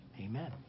Amen